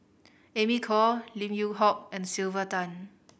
Amy Khor Lim Yew Hock and Sylvia Tan